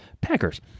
packers